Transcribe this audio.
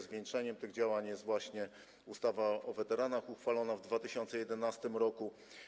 Zwieńczeniem tych działań jest właśnie ustawa o weteranach uchwalona w 2011 r.